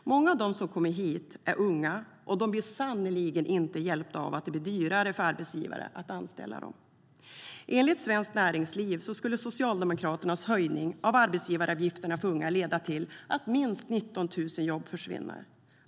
Många av dem som kommer hit är unga, och de blir sannerligen inte hjälpta av att det blir dyrare för arbetsgivare att anställa dem. Enligt Svenskt Näringsliv skulle Socialdemokraternas höjning av arbetsgivaravgifterna för unga leda till att minst 19 000 jobb försvinner.